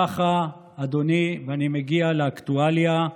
ככה, אדוני, אני מגיע לאקטואליה.